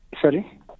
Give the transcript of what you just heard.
Sorry